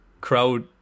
crowd